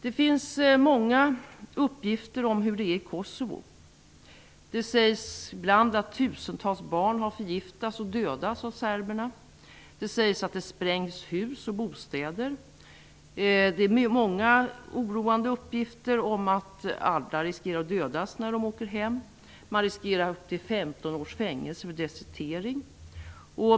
Det finns många uppgifter om hur det är i Kosovo. Det sägs ibland att tusentals barn har förgiftats och dödats av serberna. Det sägs att det sprängs hus och bostäder. Det finns många oroande uppgifter om att alla riskerar att dödas när de åker hem. Man riskerar upp till 15 års fängelse för desertering.